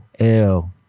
Ew